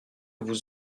vous